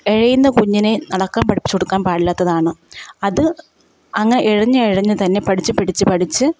ഇഴയുന്ന കുഞ്ഞിനെ നടക്കാൻ പഠിപ്പിച്ച് കൊടുക്കാൻ പാടില്ലാത്തതാണ് അത് അങ്ങനെ ഇഴഞ്ഞിഴഞ്ഞ് തന്നെ പഠിച്ച് പഠിച്ച് പഠിച്ച്